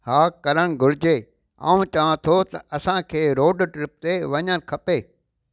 हा करणु घुरिजे ऐं चवां थो त असांखे रोड ट्रिप ते वञणु खपे